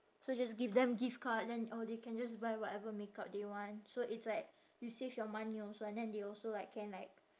so just give them gift card then oh they can just buy whatever makeup they want so it's like you save your money also and then they also like can like